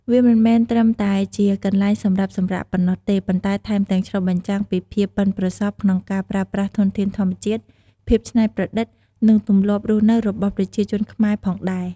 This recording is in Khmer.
វាមិនមែនត្រឹមតែជាកន្លែងសម្រាប់សម្រាកប៉ុណ្ណោះទេ ប៉ុន្តែថែមទាំងឆ្លុះបញ្ចាំងពីភាពប៉ិនប្រសប់ក្នុងការប្រើប្រាស់ធនធានធម្មជាតិ ភាពច្នៃប្រឌិត និងទម្លាប់រស់នៅរបស់ប្រជាជនខ្មែរផងដែរ។